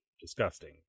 disgusting